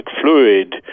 fluid